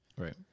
Right